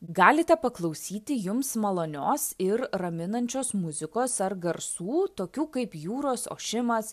galite paklausyti jums malonios ir raminančios muzikos ar garsų tokių kaip jūros ošimas